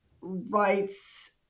rights